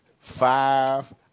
Five